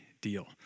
deal